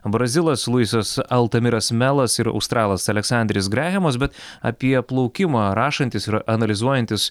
brazilas luisas altamiras melas ir australas aleksanderis grehemas bet apie plaukimą rašantys ir analizuojantys